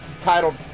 titled